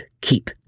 keep